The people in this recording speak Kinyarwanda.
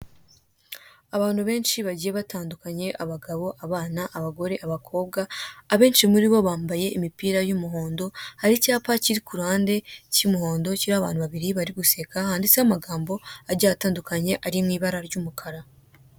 Abantu benshi bagiye batandukanye: abagabo , abagore, abana, abakobwa, abenshi muri bo bambaye umupira w'umuhanda, hari icyapa kiri ku ruhande cy'umuhondo kiriho abantu babiri bari guseka, chanditseho amagambo agiye atandukanye, ari mu ibara ry'umukara.